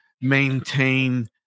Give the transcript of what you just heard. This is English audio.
maintain